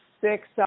six